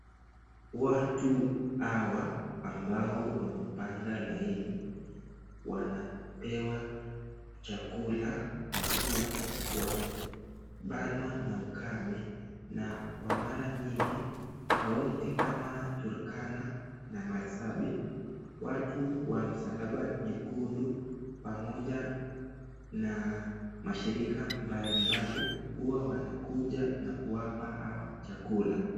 Watu hawa ambao wamepanga laini wanapewa chakula kwa kuwa wamebanwa na ukame na kwa mara mingi kaunti kama Turkana na Marsabit watu wa msalaba nyekundu pamoja na mashirika mbali mbali huwa wanakuja na kuwapa hawa chakula.